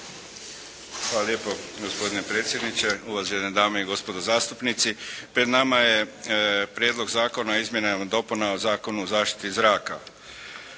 Hvala lijepo gospodine predsjedniče, uvažene dame i gospodo zastupnici. Pred nama je Prijedlog zakona o izmjenama i dopunama Zakona o zaštiti zraka.